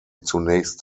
zunächst